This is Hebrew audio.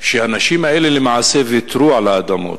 שהאנשים האלה למעשה ויתרו על האדמות.